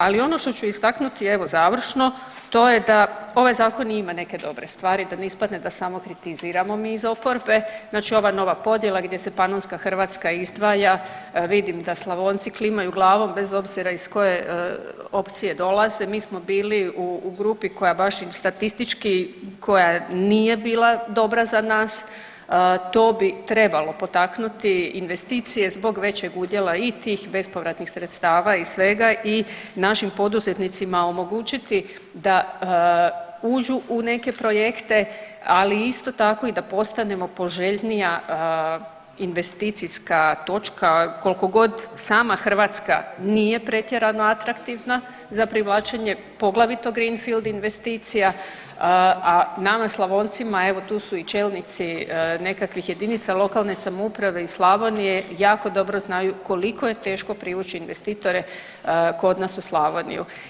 Ali, ono što ću istaknuti evo, završno, to je da ovaj Zakon i ima neke dobre stvari, da ne ispadne da samo kritiziramo mi iz oporbe, znači ova nova podjela gdje se Panonska Hrvatska izdvaja, vidim da Slavonci klimaju glavom, bez obzira iz koje opcije dolaze, mi smo bili u grupi koja baš im statistički koja nije bila dobra za nas, to bi trebalo potaknuti investicije zbog većeg udjela i tih bespovratnih sredstava i svega i našim poduzetnicima omogućiti da uđu u neke projekte, ali isto tako i da postajemo poželjnija investicijska točka, koliko god sama Hrvatska nije pretjerano atraktivna za privlačenje, poglavito greenfield investicija, a nama Slavoncima, evo tu su i čelnici nekakvih jedinica lokalne samouprave iz Slavonije, jako dobro znaju koliko je teško privući investitore kod nas u Slavoniju.